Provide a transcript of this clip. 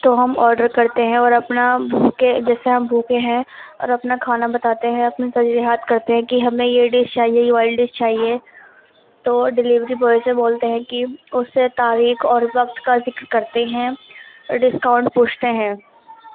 تو ہم آرڈر کرتے ہیں اور اپنا بھوکے جیسے آپ بھوکے ہیں اور اپنا کھانا بتاتے ہیں اپنی ترجیحات کرتے ہیں کہ ہمیں یہ ڈش چاہیے یہ والی ڈش چاہیے تو ڈلیوری بوائے سے بولتے ہیں کہ اس سے تاریخ اور اس وقت کا ذکر کرتے ہیں ڈسکاؤنٹ پوچھتے ہیں